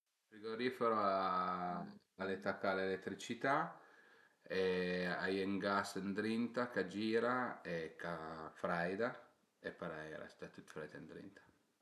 Ël frigorifero al e tacà a l'eletricità e a ie ën gas ëndrinta ch'a gira e ch'a freida e parei a resta tüt freit ëndrinta